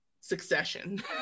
Succession